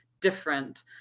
different